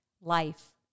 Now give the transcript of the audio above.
life